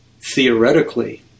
theoretically